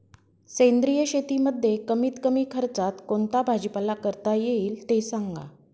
सेंद्रिय शेतीमध्ये कमीत कमी खर्चात कोणता भाजीपाला करता येईल ते सांगा